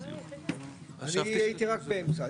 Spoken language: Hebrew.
אני הייתי רק באמצע.